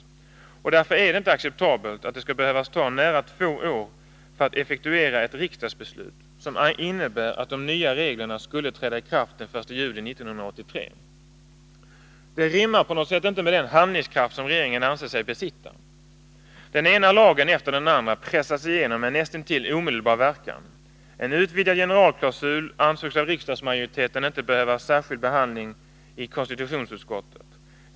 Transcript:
Därför är det inte acceptabelt att det skall behöva ta nära två år för att effektuera ett riksdagsbeslut som innebär att de nya reglerna skulle träda i kraft den 1 juli 1983. Det rimmar på något sätt inte med den handlingskraft som regeringen anser sig besitta. Den ena lagen efter den andra pressas igenom med näst intill omedelbar verkan. En utvidgad generalklausul ansågs av riksdagsmajoriteten inte behöva särskild behandling i konstitutionsutskottet.